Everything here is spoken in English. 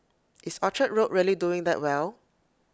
is Orchard road really doing that well